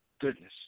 goodness